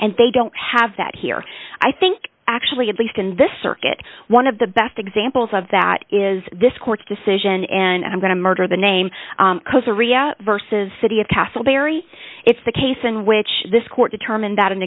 and they don't have that here i think actually at least in this circuit one of the best examples of that is this court's decision and i'm going to murder the name because urrea versus city of castleberry it's the case in which this court determined that an